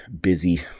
busy